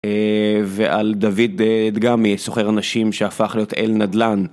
ועל דוד דגמי, סוחר נשים שהפך להיות אל נדלן.